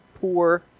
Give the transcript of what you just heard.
poor